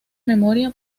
memoria